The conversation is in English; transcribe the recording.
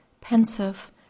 pensive